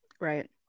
right